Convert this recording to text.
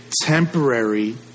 temporary